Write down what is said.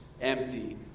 empty